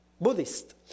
Buddhist